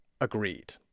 agreed